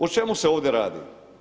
O čemu se ovdje radi?